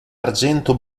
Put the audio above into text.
argento